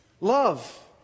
Love